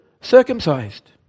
circumcised